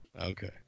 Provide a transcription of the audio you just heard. Okay